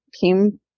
came